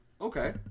Okay